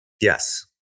Yes